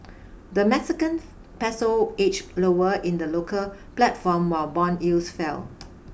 the Mexican peso inched lower in the local platform while bond yields fell